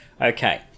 Okay